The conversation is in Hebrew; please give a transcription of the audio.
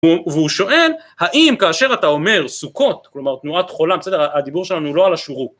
והוא שואל האם כאשר אתה אומר סוכות כלומר תנועת חולם בסדר? ה.. הדיבור שלנו הוא לא על השורוק